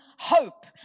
hope